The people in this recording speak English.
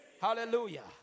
Hallelujah